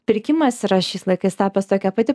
pirkimas yra šiais laikais tapęs tokia pati